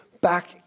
back